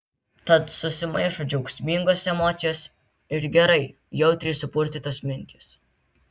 tad susimaišo džiaugsmingos emocijos ir gerai jautriai supurtytos mintys